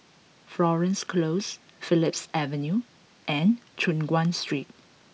Florence Close Phillips Avenue and Choon Guan Street